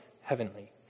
heavenly